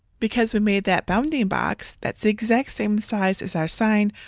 because we made that bounding box that's the exact same size as our sign,